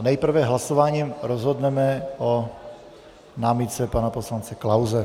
Nejprve hlasováním rozhodneme o námitce pana poslance Klause.